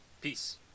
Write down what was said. Peace